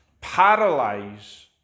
paralyze